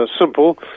simple